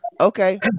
Okay